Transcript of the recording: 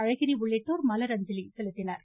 அழகிரி உள்ளிட்டோர் மலரஞ்சலி செலுத்தினர்